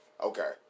Okay